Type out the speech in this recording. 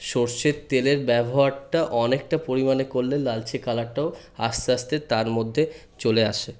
সরষের তেলের ব্যবহারটা অনেকটা পরিমাণে করলে লালচে কালারটাও আস্তে আস্তে তার মধ্যে চলে আসে